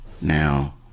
Now